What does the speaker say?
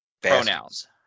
pronouns